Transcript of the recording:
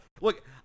look